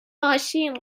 ماشین